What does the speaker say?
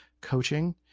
coaching